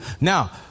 Now